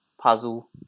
puzzle